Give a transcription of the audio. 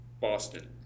Boston